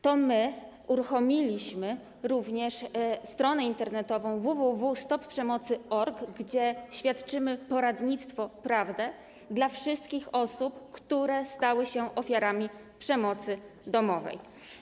To my uruchomiliśmy również stronę internetową www.stopprzemocy.org, gdzie świadczymy poradnictwo prawne dla wszystkich osób, które stały się ofiarami przemocy domowej.